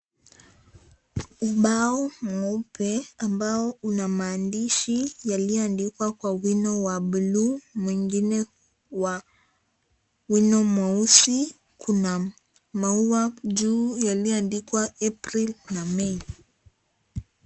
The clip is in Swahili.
Ubao mweupe, ambao una maandishi yaliyoandikwa kwa wino wa blue mwingine wa wino mweusi. Kuna maua juu yaliyoandikwa, April na May .